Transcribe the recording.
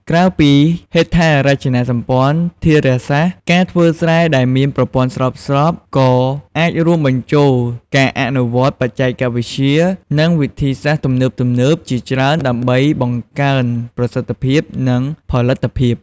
ក្រៅពីហេដ្ឋារចនាសម្ព័ន្ធធារាសាស្ត្រ ការធ្វើស្រែដែលមានប្រព័ន្ធស្រោចស្រពក៏អាចរួមបញ្ចូលការអនុវត្តបច្ចេកវិទ្យា និងវិធីសាស្ត្រទំនើបៗជាច្រើនដើម្បីបង្កើនប្រសិទ្ធភាព និងផលិតភាព។